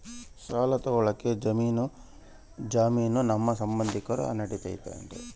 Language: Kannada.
ಸಾಲ ತೊಗೋಳಕ್ಕೆ ಜಾಮೇನು ನಮ್ಮ ಸಂಬಂಧಿಕರು ನಡಿತೈತಿ?